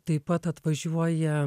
taip pat atvažiuoja